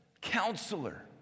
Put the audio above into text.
Counselor